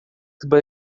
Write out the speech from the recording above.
chyba